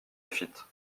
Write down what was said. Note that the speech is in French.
laffitte